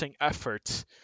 efforts